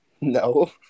No